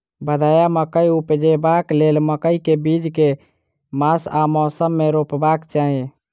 भदैया मकई उपजेबाक लेल मकई केँ बीज केँ मास आ मौसम मे रोपबाक चाहि?